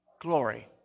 glory